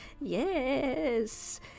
yes